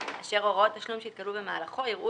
אשר הוראות תשלום שיתקבלו במהלכו יראו